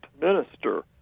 minister